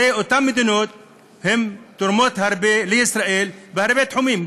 הרי אותן מדינות תורמות הרבה לישראל בהרבה תחומים,